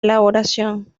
elaboración